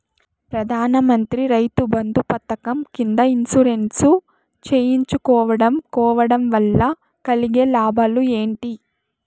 ప్రధాన మంత్రి రైతు బంధు పథకం కింద ఇన్సూరెన్సు చేయించుకోవడం కోవడం వల్ల కలిగే లాభాలు ఏంటి?